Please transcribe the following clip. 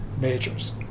majors